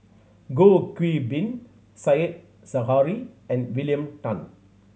Goh Qiu Bin Said Zahari and William Tan